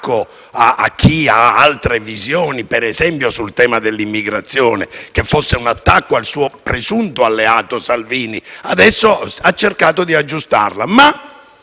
a chi ha altre visioni, per esempio sul tema dell'immigrazione, che fosse un attacco al suo presunto alleato Salvini. Adesso ha cercato di aggiustare tale